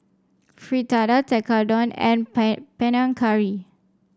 Fritada Tekkadon and Panang Curry